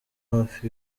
hafi